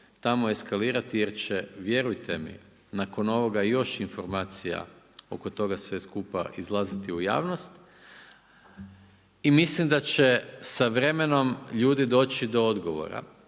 tamo eskalirati jer će vjerujte mi nakon ovoga još informacija oko toga svega skupa izlaziti u javnosti. I mislim da će sa vremenom ljudi doći do odgovora